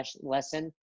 lesson